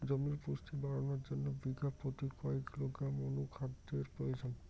জমির পুষ্টি বাড়ানোর জন্য বিঘা প্রতি কয় কিলোগ্রাম অণু খাদ্যের প্রয়োজন?